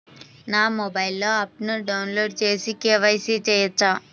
నా మొబైల్లో ఆప్ను డౌన్లోడ్ చేసి కే.వై.సి చేయచ్చా?